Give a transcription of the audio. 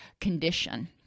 condition